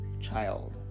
child